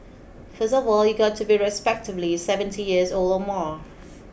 first of all you've got to be respectably seventy years old or more